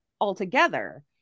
altogether